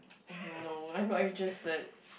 no I'm not interested